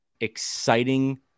exciting